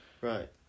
Right